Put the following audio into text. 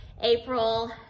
April